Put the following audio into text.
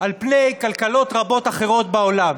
על פני כלכלות רבות אחרות בעולם.